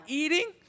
eating